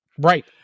Right